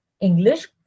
English